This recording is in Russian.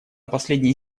последней